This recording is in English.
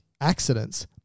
accidents